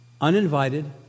Uninvited